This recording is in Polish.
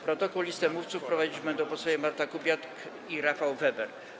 Protokół i listę mówców prowadzić będą posłowie Marta Kubiak i Rafał Weber.